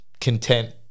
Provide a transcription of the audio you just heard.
content